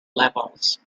levels